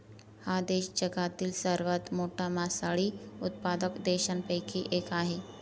हा देश जगातील सर्वात मोठा मासळी उत्पादक देशांपैकी एक आहे